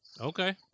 Okay